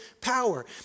power